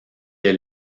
est